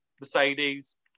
Mercedes